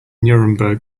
nuremberg